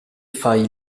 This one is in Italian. fai